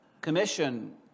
commission